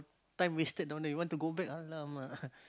time wasted down there you want to go back !alamak!